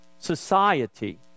society